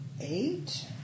Eight